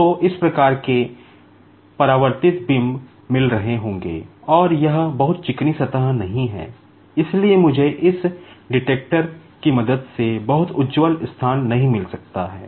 तो इस प्रकार के रिफ्लेक्टेड बीम की मदद से बहुत उज्ज्वल स्थान नहीं मिल सकता है